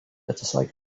atsisakė